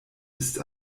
ist